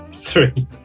Three